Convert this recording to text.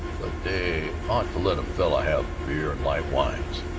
but they ought to let a fellow have beer and light wines.